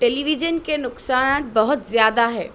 ٹیلی vision کے نقصانات بہت زیادہ ہے